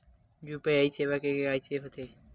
UPI सेवा के कइसे होही?